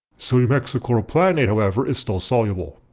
sodium hexachloroplatinate however is still soluble.